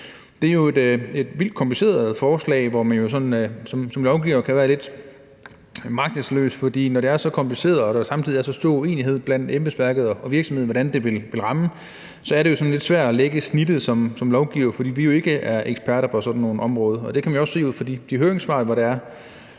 Det er jo et vildt kompliceret forslag, hvor man som lovgiver kan være lidt magtesløs. For når det er så kompliceret og der samtidig er så stor uenighed blandt embedsværket og virksomheder, med hensyn til hvordan det vil ramme, så er det jo sådan lidt svært som lovgivere at lægge snittet; for vi er jo ikke eksperter på sådan et område. Det kan man jo også se ud af høringssvarene, hvor det